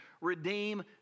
Redeem